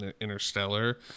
Interstellar